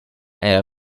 era